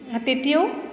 তেতিয়াও